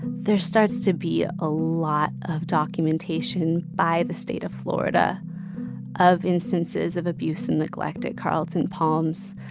there starts to be a lot of documentation by the state of florida of instances of abuse and neglect at carlton palms.